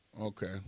Okay